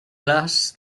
glass